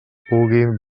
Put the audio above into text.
pugui